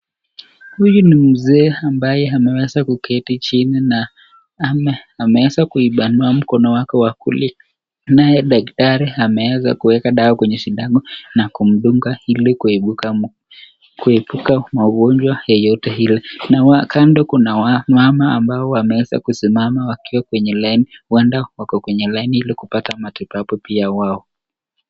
Huyu ni mzee ambaye ameweza kuketi chini na ameweza kuipanua mkono wake wa kulia tunaye daktari ameweza kuweka dawa kwenye sindano na kumdunga ili kuepuka magonjwa yeyote ile. Na kando kuna wamama ambao wameweza kusimama wakiwa kwenye laini. Huenda wako kwenye laini ili kupata matibabu pia wao.